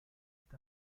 est